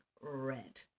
red